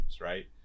Right